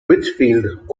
whitfield